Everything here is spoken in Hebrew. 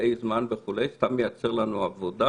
וקטעי זמן וכו' סתם ייצר לנו העבודה